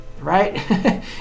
right